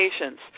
patients